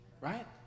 Right